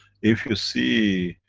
if you see,